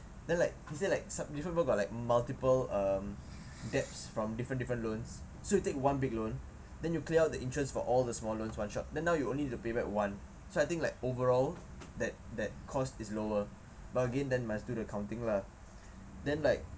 then like he say like some different people got like multiple um debts from different different loans so you take one big loan then you clear out the interests for all the small loans one shot then now you only need to pay back one so I think like overall that that cost is lower but again then must do the accounting lah then like